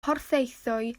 porthaethwy